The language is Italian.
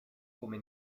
come